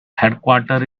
headquarter